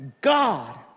God